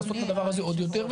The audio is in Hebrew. לעשות את הדבר הזה עוד יותר,